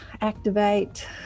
activate